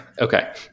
Okay